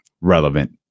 relevant